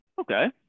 Okay